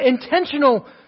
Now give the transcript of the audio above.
intentional